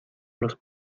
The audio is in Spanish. los